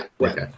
okay